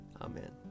Amen